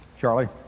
Charlie